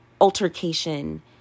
altercation